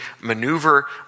maneuver